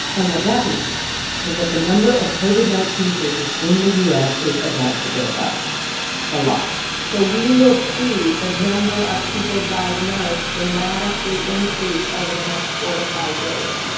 and what that means yeah is that the number of covid nineteen cases in the u s. is about to go up a lot so we will see the number of people diagnosed dramatically increase over the next four to five days.